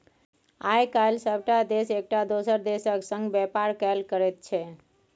आय काल्हि सभटा देश एकटा दोसर देशक संग व्यापार कएल करैत छै